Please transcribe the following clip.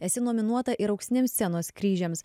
esi nominuota ir auksiniams scenos kryžiams